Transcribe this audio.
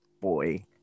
boy